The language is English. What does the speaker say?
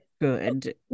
good